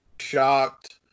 shocked